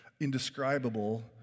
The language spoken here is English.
indescribable